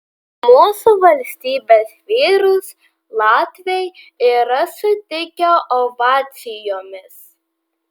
mūsų valstybės vyrus latviai yra sutikę ovacijomis